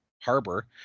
harbor